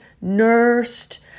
nursed